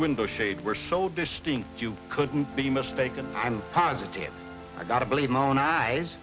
window shade were so distinct you couldn't be mistaken i'm positive i gotta believe my own eyes